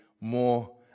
more